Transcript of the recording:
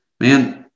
man